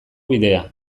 bidea